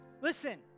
Listen